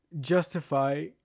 justify